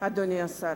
אדוני השר.